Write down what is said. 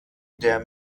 der